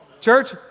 Church